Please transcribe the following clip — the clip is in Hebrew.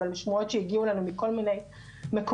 אבל שמועות שהגיעו אלינו מכל מיני מקורות,